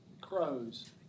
Crows